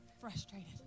frustrated